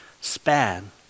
span